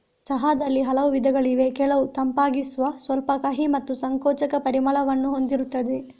ಚಹಾದಲ್ಲಿ ಹಲವು ವಿಧಗಳಿವೆ ಕೆಲವು ತಂಪಾಗಿಸುವ, ಸ್ವಲ್ಪ ಕಹಿ ಮತ್ತು ಸಂಕೋಚಕ ಪರಿಮಳವನ್ನು ಹೊಂದಿರುತ್ತವೆ